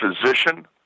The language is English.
physician